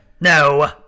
No